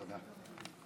תודה.